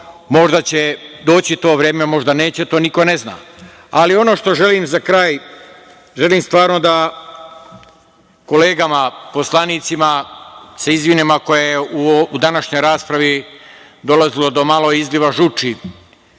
Možda će doći to vreme, možda neće, to niko ne zna. Ali, ono što želim za kraj. Želim da kolegama poslanicima se izvinem ako je u današnjoj raspravi dolazilo do izliva žuči